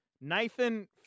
Nathan